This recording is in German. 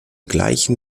gleichen